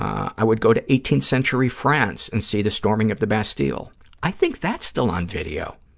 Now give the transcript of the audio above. i would go to eighteenth century france and see the storming of the bastille. i think that's still on video.